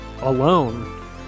alone